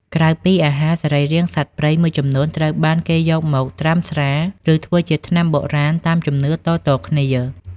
ក្រៅពីអាហារ សរីរាង្គសត្វព្រៃមួយចំនួនត្រូវបានគេយកមកត្រាំស្រា ឬធ្វើជាថ្នាំបុរាណតាមជំនឿតៗគ្នា។